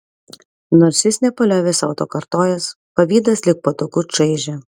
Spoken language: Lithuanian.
nors jis nepaliovė sau to kartojęs pavydas lyg botagu čaižė